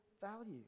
value